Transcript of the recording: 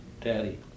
Daddy